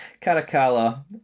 Caracalla